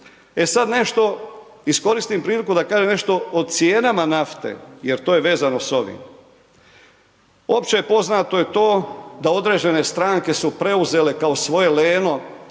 E sad nešto da iskoristim priliku da kažem nešto o cijenama nafte jer to je vezano s ovim. Opće poznato je to da određene stranke su preuzele kao svoje leno